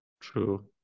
True